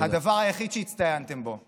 הדבר היחיד שהצטיינתם בו.